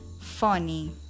funny